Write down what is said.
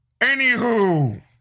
Anywho